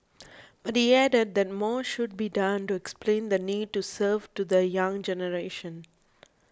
but he added that more should be done to explain the need to serve to the young generation